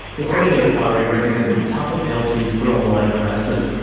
the senate inquiry recommended tougher penalties for online harassment.